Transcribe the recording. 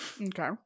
Okay